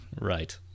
Right